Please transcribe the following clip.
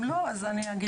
אם לא אני אגיד.